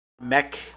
Mech